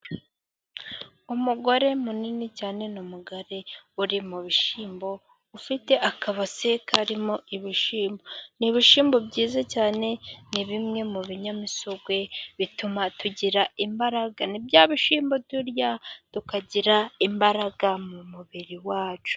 Umugore munini cyane, ni umugore uri mu bishyimbo , ufite akabase karimo ibishyimbo, ni ibishyimbo byiza cyane, ni bimwe mu binyamisogwe bituma tugira imbaraga, ni bya bishyimbo turya, tukagira imbaraga mu mubiri wacu.